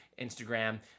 Instagram